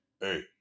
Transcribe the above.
hey